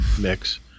mix